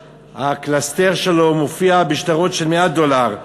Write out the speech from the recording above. וקלסתר הפנים שלו מופיע בשטרות של 100 דולר,